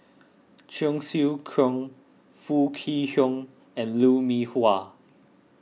Cheong Siew Keong Foo Kwee Horng and Lou Mee Wah